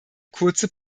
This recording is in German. kurze